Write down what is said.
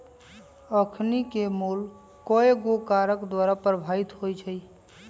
अखनिके मोल कयगो कारक द्वारा प्रभावित होइ छइ